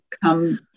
come